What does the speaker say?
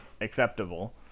acceptable